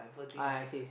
ah I see I see